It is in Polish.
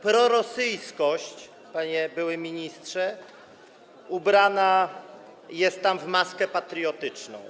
Prorosyjskość, panie były ministrze, ubrana jest tam w maskę patriotyczną.